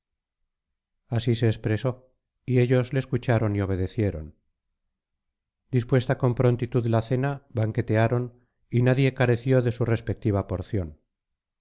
así se expresó y ellos le escucharon y obedecieron dispuesta con prontitud la cena banquetearon y nadie careció de su respectiva porción